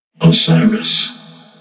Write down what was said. Osiris